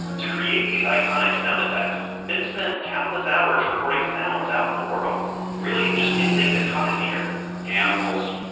to create these iconic sound effects, ben spent countless hours recording sounds out in the world. really, just anything that caught his ear animals,